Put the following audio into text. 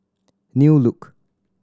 New Look